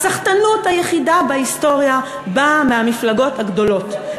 הסחטנות היחידה בהיסטוריה באה מהמפלגות הגדולות,